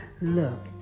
Look